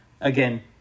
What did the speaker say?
again